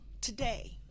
today